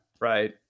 Right